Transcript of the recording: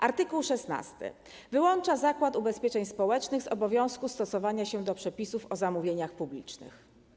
Art. 16 wyłącza Zakład Ubezpieczeń Społecznych z obowiązku stosowania się do przepisów o zamówieniach publicznych.